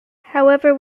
however